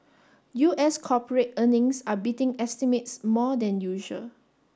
U S corporate earnings are beating estimates more than usual